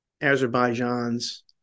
Azerbaijan's